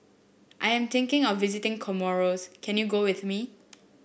I am thinking of visiting Comoros can you go with me